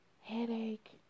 headache